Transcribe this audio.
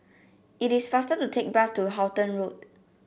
it is faster to take bus to Halton Road